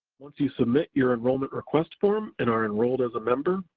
once you submit your enrollment request form and are enrolled as a member,